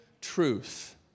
truth